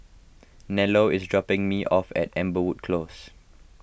Nello is dropping me off at Amberwood Close